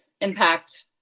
impact